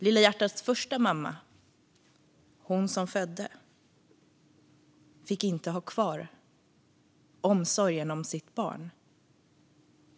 "Lilla hjärtats" första mamma, hon som födde, fick inte ha kvar omsorgen om sitt barn.